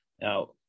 now